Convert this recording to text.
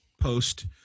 post